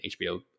hbo